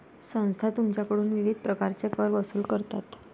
संस्था तुमच्याकडून विविध प्रकारचे कर वसूल करतात